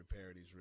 parodies